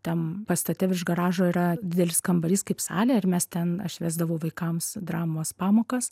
tam pastate virš garažo yra didelis kambarys kaip salė ir mes ten aš vesdavau vaikams dramos pamokas